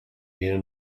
viene